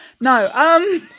No